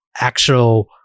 actual